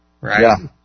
Right